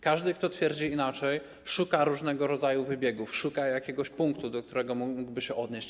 Każdy, kto twierdzi inaczej, szuka różnego rodzaju wybiegów, szuka jakiegoś punktu, do którego mógłby się odnieść.